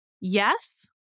yes